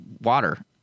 water